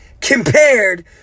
compared